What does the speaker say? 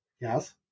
Yes